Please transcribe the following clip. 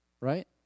right